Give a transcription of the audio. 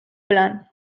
plan